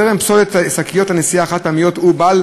זרם פסולת שקיות הנשיאה החד-פעמיות הוא בעל